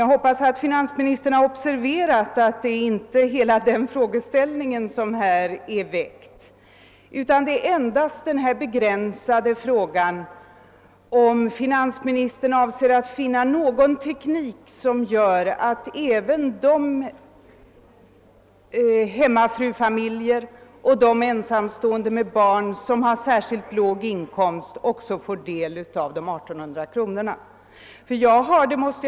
Jag hoppas att finansministern har observerat att jag här inte har dragit upp hela den frågeställningen utan bara begränsat frågan till om finansministern avser att finna någon teknik med vars hjälp: även de hemmafrufamiljer och ensamstående med barn som har särskilt låg inkomst också får del av det avdrag på skatten med 1800 kronor som det här gäller.